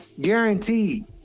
Guaranteed